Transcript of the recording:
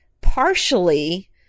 partially